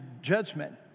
judgment